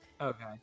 okay